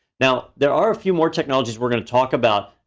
now, there are a few more technologies we're gonna talk about.